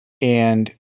and-